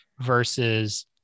versus